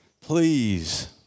please